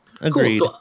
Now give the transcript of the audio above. Agreed